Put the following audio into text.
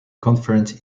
conference